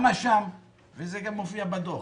זה גם מופיע בדוח.